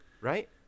Right